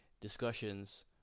discussions